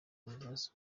universe